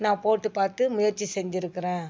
நான் போட்டுப் பார்த்து முயற்சி செஞ்சுருக்குறேன்